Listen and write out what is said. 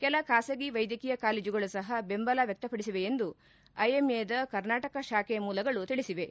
ಕೆಲ ಖಾಸಗಿ ವೈದ್ಯಕೀಯ ಕಾಲೇಜುಗಳು ಸಹ ಬೆಂಬಲ ವ್ಯಕ್ತಪಡಿಸಿವೆ ಎಂದು ಐಎಂಎದ ಕರ್ನಾಟಕ ಶಾಖೆ ಮೂಲಗಳು ತಿಳಿಸಿವೆ